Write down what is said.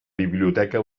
biblioteca